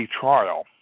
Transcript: trial